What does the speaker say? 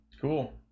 Cool